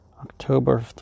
October